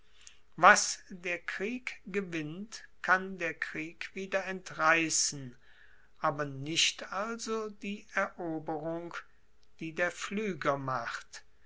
was der krieg gewinnt kann der krieg wieder entreissen aber nicht also die eroberung die der pflueger macht